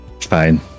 Fine